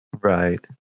Right